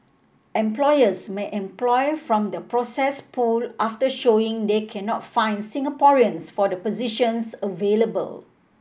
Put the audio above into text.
employers may employ from the processed pool after showing they cannot find Singaporeans for the positions available